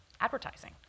advertising